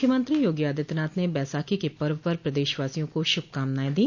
मुख्यमंत्री योगी आदित्यनाथ ने बैसाखी के पर्व पर प्रदेशवासियों को श्रभकामनाएं दी